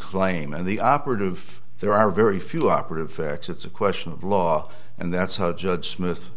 claim and the the operative there are very few operative facts it's a question of law and that's how judge smith